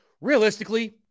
realistically